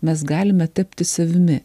mes galime tapti savimi